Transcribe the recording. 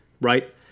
Right